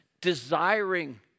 desiring